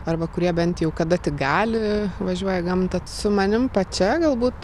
arba kurie bent jau kada tik gali važiuoja gamta su manim pačia galbūt